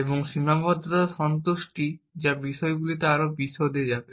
এবং সীমাবদ্ধতা সন্তুষ্টি যা বিষয়গুলিতে আরও বিশদে যাবে